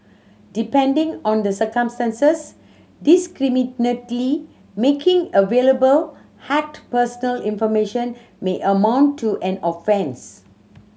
depending on the circumstances making available hacked personal information may amount to an offence